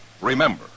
remember